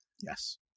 Yes